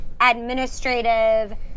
administrative